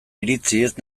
iritziz